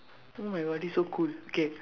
oh my God this so cool K